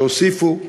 שהוסיפו,